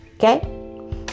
Okay